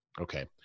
Okay